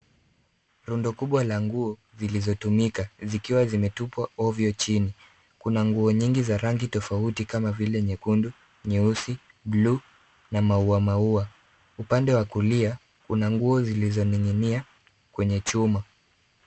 Rundo kubwa la nguo zilizotumika zikiwa zimetupwa ovyo chini. Kuna nguo nyingi za rangi tofauti kama vile nyekundu, nyeusi, blue na mauamaua. Upande wa kulia, kuna nguo zilizoning'inia kwenye chuma.